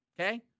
okay